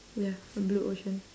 ya a blue ocean